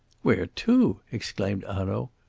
where to? exclaimed hanaud.